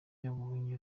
yabonye